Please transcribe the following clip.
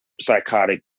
psychotic